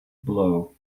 blow